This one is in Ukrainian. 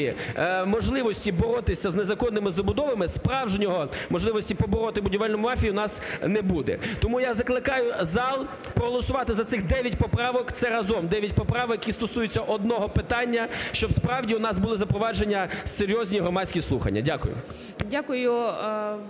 можливості боротися з незаконними забудовами, справжньої можливості побороти будівельну мафію у нас не буде. Тому я закликаю зал проголосувати за цих 9 поправок, це разом 9 поправок, які стосуються одного питання, щоб, справді, у нас були запроваджені серйозні громадські слухання. Дякую.